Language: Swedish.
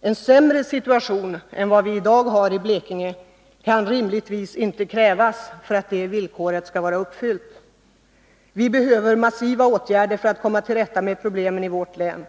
En sämre situation än den vi i dag har i Blekinge kan rimligtvis inte krävas för att det villkoret skall vara uppfyllt. Vi behöver massiva åtgärder för att komma till rätta med problemen i vårt län.